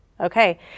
Okay